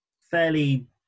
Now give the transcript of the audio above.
fairly